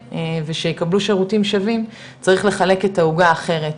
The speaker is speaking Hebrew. ושיקבלו שירותים שווים צריך לחלק את העוגה אחרת.